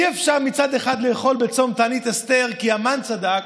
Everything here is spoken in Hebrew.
אי-אפשר מצד אחד לאכול בצום תענית אסתר כי המן צדק,